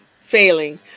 failing